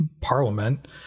parliament